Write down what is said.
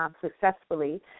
successfully